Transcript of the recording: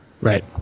Right